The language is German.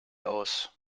aus